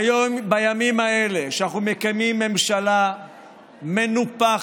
בימים האלה שאנחנו מקיימים ממשלה מנופחת,